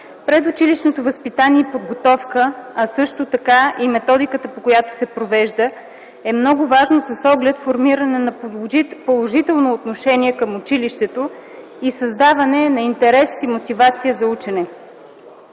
Предучилищното възпитание и подготовка, а също така и методиката, по която се провежда, са много важни с оглед формирането на положително отношение към училището и създаване на интерес и мотивация за учене.